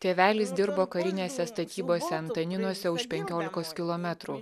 tėvelis dirbo karinėse statybose antaninuose už penkiolikos kilometrų